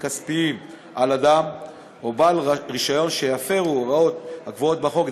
כספיים על אדם או בעל רישיון שיפרו את הוראות הקבועות בחוק.